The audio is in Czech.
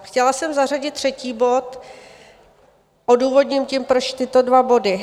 Chtěla jsem zařadit třetí bod odůvodním tím, proč tyto dva body.